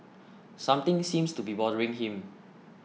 something seems to be bothering him